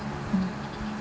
mm